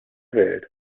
welt